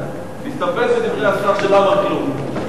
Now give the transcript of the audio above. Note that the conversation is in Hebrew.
מסתפק בדברי השר, שלא אמר כלום.